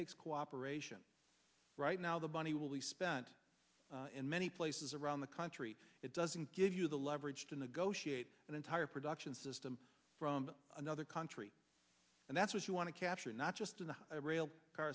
takes cooperation right now the money will be spent in many places around the country it doesn't give you the leverage to negotiate an entire production system from another country and that's what you want to capture not just in the rail car